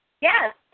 Yes